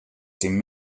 syn